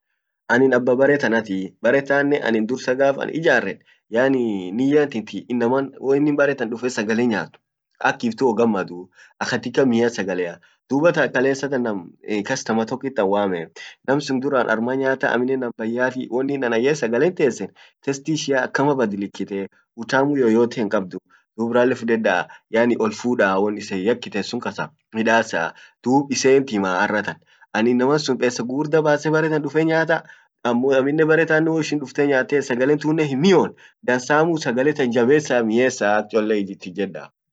anin abba bare tanatii bare tannen annin dursa gaf an ijarred yaani niyyan tinti innaman woinin bare tan dufe sagalenyaat akiftu wogammaduu katika mmia sagalea dubattan kalessa tan nam customer tokkit an wame nam sun durran arma nyaata aminnen juran duraniti wonnin anan yed sagalen tesen tasti ishia lilla badilikite utamu yoyote hinkabdu dub ralle fudeda olfudaa won isen yakkiten tun midasa dub isent himaa arratan anin inaman sun kullin pesa gugurda base baretan dufe nyaata aminnen